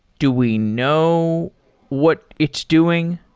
do we know what it's doing?